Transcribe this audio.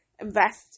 invest